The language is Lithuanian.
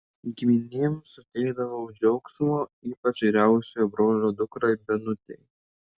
giminėm suteikdavau džiaugsmo ypač vyriausiojo brolio dukrai benutei